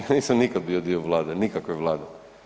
Ja nisam nikad bio dio Vlade, nikakve vlade.